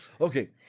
Okay